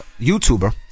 YouTuber